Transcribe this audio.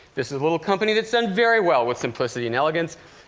this is a little company that's done very well with simplicity and elegance.